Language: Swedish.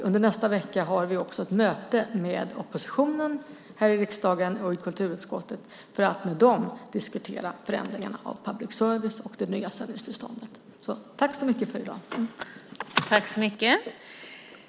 Under nästa vecka har vi också ett möte med oppositionen här i riksdagen och i kulturutskottet för att med dem diskutera förändringarna av public service och det nya sändningstillståndet. Tack så mycket för i dag!